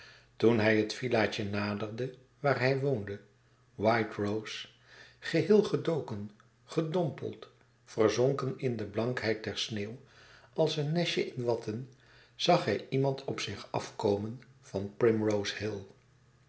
toen hij het villa tje naderde waar hij woonde white rose geheel gedoken gedompeld verzonken in de blankheid der sneeuw als een nestje in watten zag hij iemand op zich afkomen van primrose hill